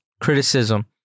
criticism